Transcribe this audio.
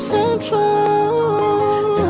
Central